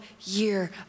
year